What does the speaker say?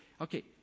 Okay